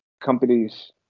companies